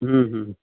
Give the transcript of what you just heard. ಹ್ಞೂ ಹ್ಞೂ